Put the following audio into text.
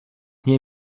nie